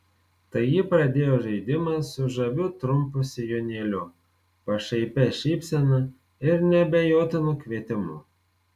tai ji pradėjo žaidimą su žaviu trumpu sijonėliu pašaipia šypsena ir neabejotinu kvietimu